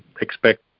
expect